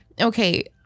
Okay